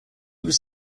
was